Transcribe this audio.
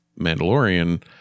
Mandalorian